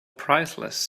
priceless